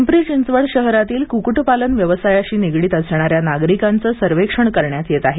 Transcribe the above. पिंपरी चिंचवड शहरातील क्क्रटपालन व्यवसायाशी निगडित असणाऱ्या नागरिकांचे सर्वेक्षण करण्यात येत आहे